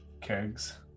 kegs